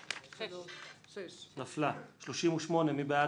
6 נמנעים, אין הרביזיה על סעיף 35 לא נתקבלה.